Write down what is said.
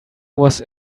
was